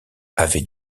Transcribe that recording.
avait